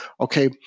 okay